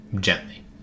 gently